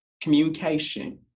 communication